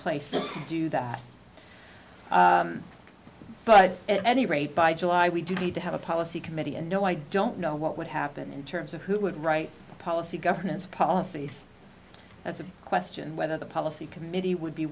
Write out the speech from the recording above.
place to do that but at any rate by july we do need to have a policy committee and no i don't know what would happen in terms of who would write the policy governance policy that's a question whether the policy committee would be